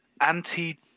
anti